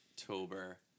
October